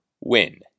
win